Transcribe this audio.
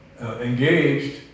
engaged